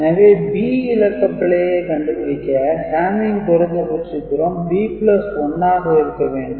எனவே b இலக்க பிழையை கண்டுபிடிக்க hamming குறைந்தபட்ச தூரம் b1 ஆக இருக்க வேண்டும்